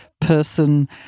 person